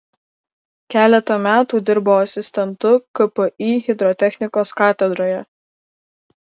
keletą metų dirbo asistentu kpi hidrotechnikos katedroje